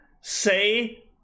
say